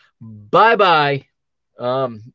Bye-bye